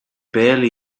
barely